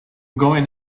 going